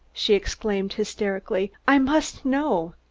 she exclaimed hysterically. i must know.